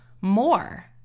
more